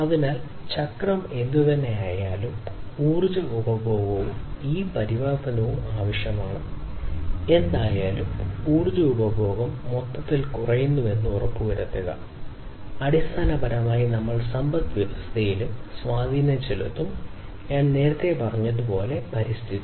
അതിനാൽ ചക്രം എന്തുതന്നെയായാലും ഊർജ്ജ ഉപഭോഗവും ഈ പരിവർത്തനവും ആവശ്യമാണ് എന്തായാലും ഊർജ്ജ ഉപഭോഗം മൊത്തത്തിൽ കുറയുന്നുവെന്ന് ഉറപ്പുവരുത്തുക അടിസ്ഥാനപരമായി നമ്മൾ സമ്പദ്വ്യവസ്ഥയിലും സ്വാധീനം ചെലുത്തും ഞാൻ നേരത്തെ പറഞ്ഞതുപോലെ പരിസ്ഥിതിയും